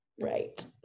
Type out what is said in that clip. right